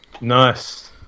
Nice